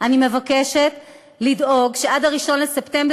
אני מבקש בהזדמנות זו לציין לטובה את חברי עמותת